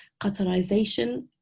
Qatarization